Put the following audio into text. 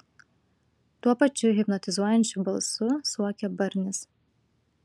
tuo pačiu hipnotizuojančiu balsu suokė barnis